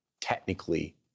technically